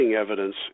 evidence